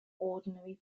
ordinary